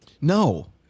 No